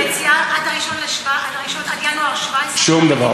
היציאה עד ינואר 17'. שום דבר.